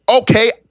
Okay